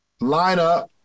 lineup